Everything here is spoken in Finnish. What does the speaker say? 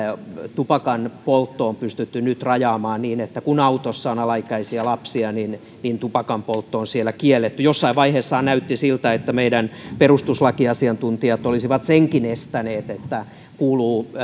tupakanpoltto on pystytty nyt rajaamaan niin että kun autossa on alaikäisiä lapsia niin niin tupakanpoltto on siellä kielletty jossain vaiheessahan näytti siltä että meidän perustuslakiasiantuntijat olisivat senkin estäneet että kuuluu